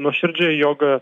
nuoširdžiai jog